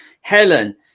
Helen